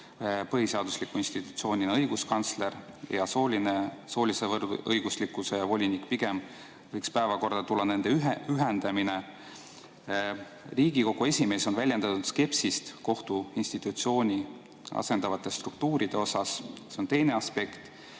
põhiseadusliku institutsioonina õiguskantsler ja soolise võrdõiguslikkuse volinik. Pigem võiks päevakorda tulla nende ühendamine. Riigikogu esimees on väljendanud skepsist kohtuinstitutsiooni asendavate struktuuride suhtes. See on teine aspekt.